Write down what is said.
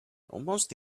almost